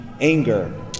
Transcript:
anger